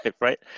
right